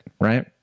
right